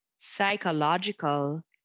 psychological